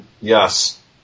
Yes